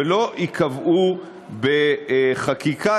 ולא ייקבעו בחקיקה,